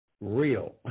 real